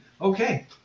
Okay